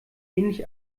ähnlich